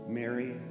Mary